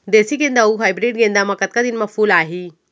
देसी गेंदा अऊ हाइब्रिड गेंदा म कतका दिन म फूल आही?